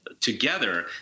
together